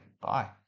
bye